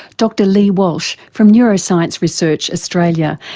dr lee walsh from neuroscience research australia,